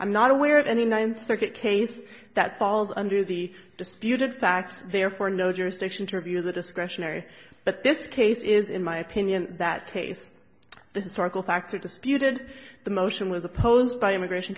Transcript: i'm not aware of any ninth circuit case that falls under the disputed facts therefore no jurisdiction to review the discretionary but this case is in my opinion that case the circle factor disputed the motion was opposed by immigration